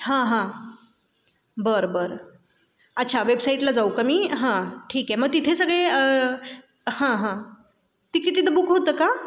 हां हां बरं बरं अच्छा वेबसाईटला जाऊ का मी हां ठीक आहे मग तिथे सगळे हां हां तिकीट तिथं बुक होतं का